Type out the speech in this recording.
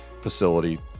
facility